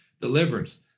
deliverance